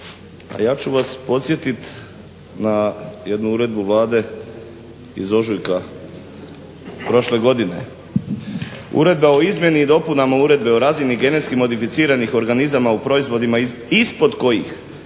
a ja ću vas podsjetit na jednu uredbu Vlade iz ožujka prošle godine. Uredba o izmjeni i dopunama Uredbe o razini GMO-a u proizvodima ispod kojih